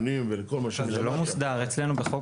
לחניונים ולכל מה --- אז זה לא מוסדר אצלנו בחוק.